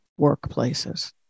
workplaces